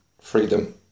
freedom